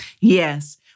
Yes